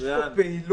יש פה פעילות